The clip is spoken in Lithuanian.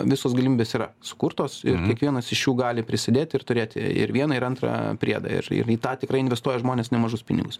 visos galimybės yra sukurtos ir kiekvienas iš jų gali prisidėti ir turėti ir vieną ir antrą priedą ir ir į tą tikrai investuoja žmonės nemažus pinigus